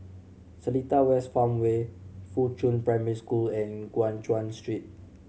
Seletar West Farmway Fuchun Primary School and Guan Chuan Street